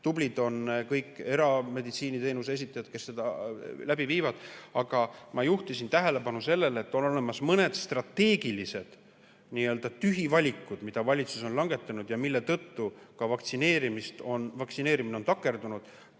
tublid on kõik erameditsiiniteenuse osutajad, kes seda läbi viivad. Aga ma juhtisin tähelepanu sellele, et on olemas mõned strateegilised nii-öelda tühivalikud, mida valitsus on langetanud ja mille tõttu ka vaktsineerimine on takerdunud.